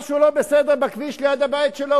משהו לא בסדר בכביש ליד הבית שלו,